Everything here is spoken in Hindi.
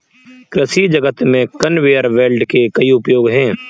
कृषि जगत में कन्वेयर बेल्ट के कई उपयोग हैं